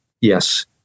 Yes